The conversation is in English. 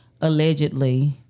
allegedly